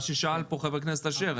מה ששאל פה חבר הכנסת אשר,